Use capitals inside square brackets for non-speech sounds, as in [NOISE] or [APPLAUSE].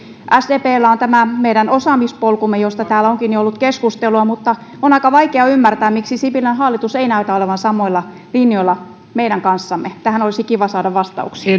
on tämä meidän osaamispolkumme josta täällä onkin jo ollut keskustelua mutta on aika vaikea ymmärtää miksi sipilän hallitus ei näytä olevan samoilla linjoilla meidän kanssamme tähän olisi kiva saada vastauksia [UNINTELLIGIBLE]